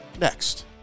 next